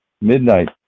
midnight